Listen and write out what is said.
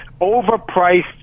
overpriced